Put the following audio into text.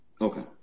Okay